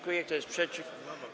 Kto jest przeciw?